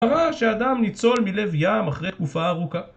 אמרה שאדם ניצול מלב ים אחרי תקופה ארוכה